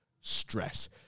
stress